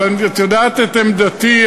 אבל את יודעת את עמדתי.